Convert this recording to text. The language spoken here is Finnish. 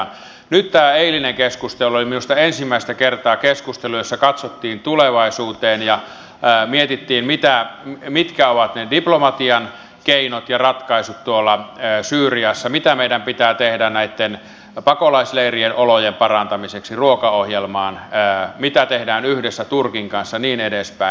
nyt tämä eilinen keskustelu oli minusta ensimmäistä kertaa keskustelu jossa katsottiin tulevaisuuteen ja mietittiin mitkä ovat ne diplomatian keinot ja ratkaisut tuolla syyriassa mitä meidän pitää tehdä näitten pakolaisleirien olojen parantamiseksi ruokaohjelmaan mitä tehdään yhdessä turkin kanssa ja niin edespäin